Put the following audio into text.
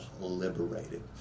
liberated